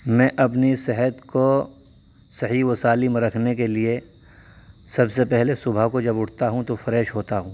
میں اپنی صحت کو صحیح و سالم رکھنے کے لیے سب سے پہلے صبح کو جب اٹھتا ہوں تو فریش ہوتا ہوں